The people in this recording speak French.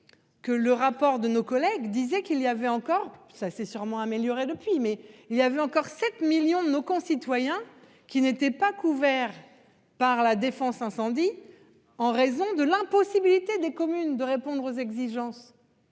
Que le rapport de nos collègues disait qu'il y avait encore ça c'est sûrement amélioré depuis. Mais il y avait encore 7 millions de nos concitoyens qui n'étaient pas couverts. Par la défense incendie en raison de l'impossibilité des communes de répondre aux exigences.